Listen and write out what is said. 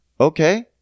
Okay